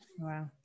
Wow